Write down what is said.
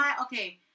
okay